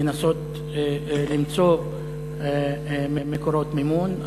לנסות למצוא מקורות מימון.